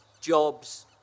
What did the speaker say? jobs